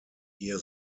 hear